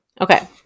okay